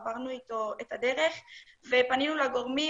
עברנו איתו את הדרך ופנינו לגורמים,